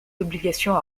obligations